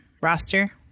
roster